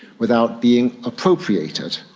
without being appropriated,